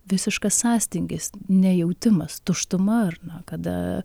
visiškas sąstingis nejautimas tuštuma ar na kada